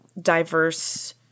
diverse